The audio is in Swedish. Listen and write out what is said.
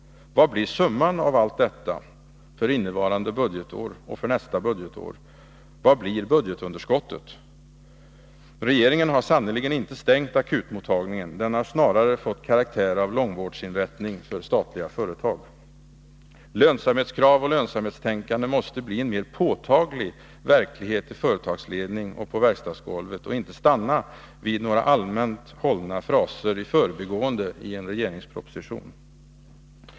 Vad blir summan av allt detta för innevarande och nästa budgetår? Vad blir budgetunderskottet? Regeringen har sannerligen inte stängt akutmottagningen. Den har snarare fått karaktär av långvårdsinrättning för statliga företag. Lönsamhetskrav och lönsamhetstänkande måste bli en mer påtaglig verklighet i företagsledning och på verkstadsgolvet och inte stanna vid några allmänt hållna fraser i förbigående i en regeringsproposition.